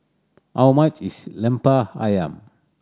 how much is Lemper Ayam